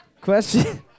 Question